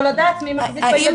או לדעת מי מחזיק את הילדים.